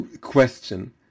question